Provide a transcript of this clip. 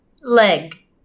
leg